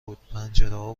بود، پنجره